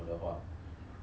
but I thought that